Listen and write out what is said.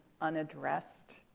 unaddressed